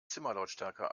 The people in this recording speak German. zimmerlautstärke